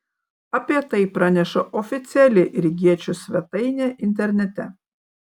apie tai praneša oficiali rygiečių svetainė internete